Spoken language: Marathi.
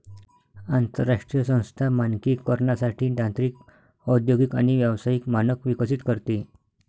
आंतरराष्ट्रीय संस्था मानकीकरणासाठी तांत्रिक औद्योगिक आणि व्यावसायिक मानक विकसित करते